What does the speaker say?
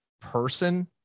person